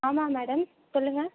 ஆமாம் மேடம் சொல்லுங்கள்